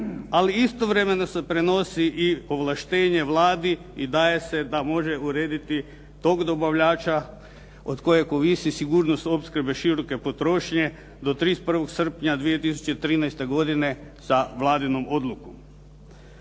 Ali istovremeno se prenosi i ovlaštenje Vladi i daje se da može urediti tog dobavljača od kojeg ovisi sigurnost opskrbe široke potrošnje do 31. srpnja 2013. godine sa Vladinom odlukom.